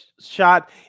shot